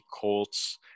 Colts